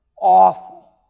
awful